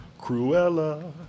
Cruella